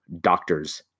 doctors